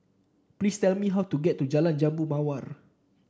please tell me how to get to Jalan Jambu Mawar